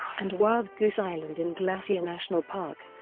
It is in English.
and wild goose island in glacier national park,